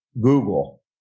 Google